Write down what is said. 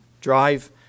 drive